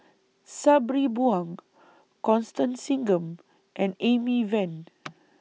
Sabri Buang Constance Singam and Amy Van